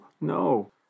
no